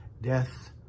death